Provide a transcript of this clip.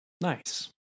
nice